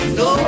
no